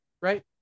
right